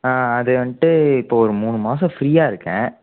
ஆ அது வந்துட்டு இப்போ ஒரு மூணு மாதம் ஃப்ரீயாக இருக்கேன்